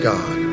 God